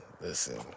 Listen